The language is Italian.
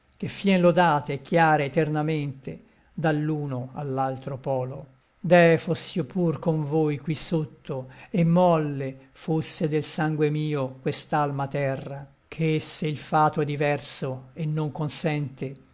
che fien lodate e chiare eternamente dall'uno all'altro polo deh foss'io pur con voi qui sotto e molle fosse del sangue mio quest'alma terra che se il fato è diverso e non consente